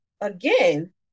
again